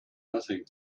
nothing